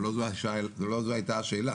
אבל לא זו הייתה השאלה